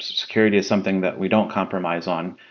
security is something that we don't compromise on.